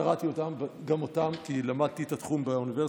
קראתי גם את אותם כי למדתי את התחום באוניברסיטה,